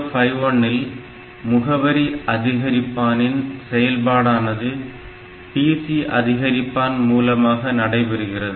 8051 இல் முகவரி அதிகரிப்பானின் செயல்பாடானது PC அதிகரிப்பான் மூலமாக நடைபெறுகிறது